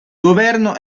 governo